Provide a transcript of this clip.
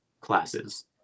classes